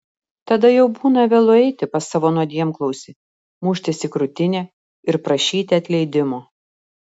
tada jau būna vėlu eiti pas savo nuodėmklausį muštis į krūtinę ir prašyti atleidimo